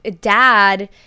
dad